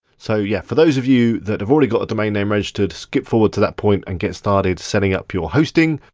so yeah. for those of you that have already got a domain name registered, skip forward to that point and get started setting up your hosting.